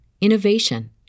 innovation